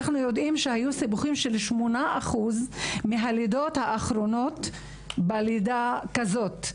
אנחנו יודעים שהיו סיבוכים של 8% מהלידות האחרונות בלידה כזאת.